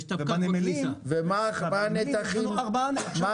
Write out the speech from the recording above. יש לנו ארבעה נמלים.